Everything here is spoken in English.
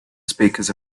speakers